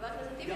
חבר הכנסת טיבי,